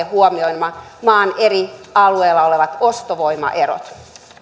huomioimaan maan eri alueilla olevat ostovoimaerot